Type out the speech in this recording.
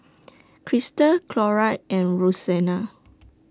Christal Clora and Roseanna